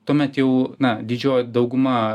tuomet jau na didžioji dauguma